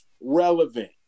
relevant